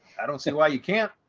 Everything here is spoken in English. i don't see why you can't.